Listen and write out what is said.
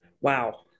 wow